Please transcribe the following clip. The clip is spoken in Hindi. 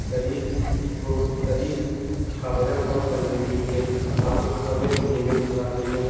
शरीर को शरीर का वज़न कम करने के लिए आपको खाने पीने में थोड़ा सहयोग